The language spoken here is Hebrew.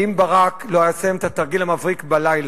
ואם ברק לא היה עושה להם את התרגיל המבריק בלילה,